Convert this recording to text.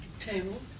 Tables